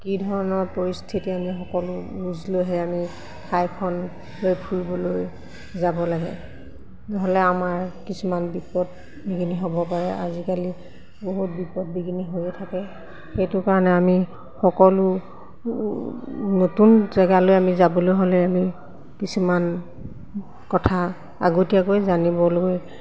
কি ধৰণৰ পৰিস্থিতি আমি সকলো বুজ লৈহে আমি ঠাইখনলৈ ফুৰিবলৈ যাব লাগে নহ'লে আমাৰ কিছুমান বিপদ বিঘিনি হ'ব পাৰে আজিকালি বহুত বিপদ বিঘিনি হৈয়ে থাকে সেইটো কাৰণে আমি সকলো নতুন জেগালৈ আমি যাবলৈ হ'লে আমি কিছুমান কথা আগতীয়াকৈ জানিবলৈ